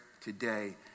today